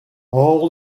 all